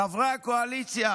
חברי הקואליציה